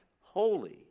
holy